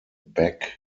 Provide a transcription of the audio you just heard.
beck